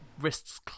wrists